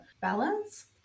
balance